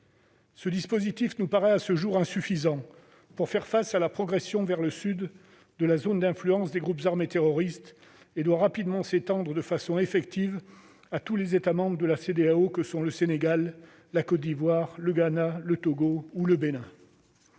Ce dispositif nous paraît à ce jour insuffisant pour faire face à la progression vers le sud de la zone d'influence des groupes armés terroristes. Il doit rapidement s'étendre de façon effective à tous les États membres de la CEDEAO, que sont le Sénégal, la Côte d'Ivoire, le Ghana, le Togo ou le Bénin.